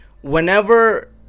whenever